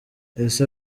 ese